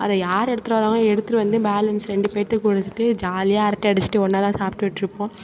அதை யாரு எடுத்துட்டு வராங்களோ எடுத்துட்டு வந்து பேலன்ஸ் ரெண்டு பேர்கிட்ட கொடுத்துட்டு ஜாலியாக அரட்டை அடித்துட்டு ஒன்றா தான் சாப்பிட்டுட்டு இருப்போம்